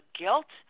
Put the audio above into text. guilt